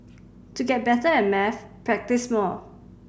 to get better at maths practise more